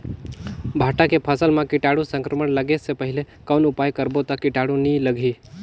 भांटा के फसल मां कीटाणु संक्रमण लगे से पहले कौन उपाय करबो ता कीटाणु नी लगही?